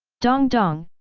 dong dong,